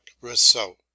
Rousseau